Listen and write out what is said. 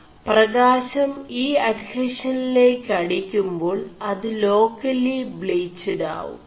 4പകാശo ഈ അഡ്െഹഷനിേല ് അടി ുേ2ാൾ അത് േലാ ലി ീgിട് ആവും